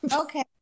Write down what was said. Okay